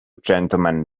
gentlemen